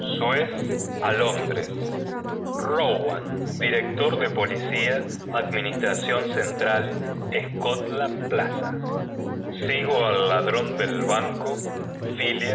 a londres rowan director policía administración central scotland yard sigo al ladrón del banco